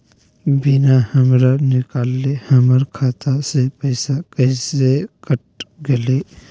बिना हमरा निकालले, हमर खाता से पैसा कैसे कट गेलई?